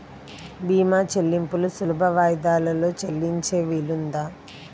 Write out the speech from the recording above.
భీమా చెల్లింపులు సులభ వాయిదాలలో చెల్లించే వీలుందా?